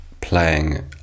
playing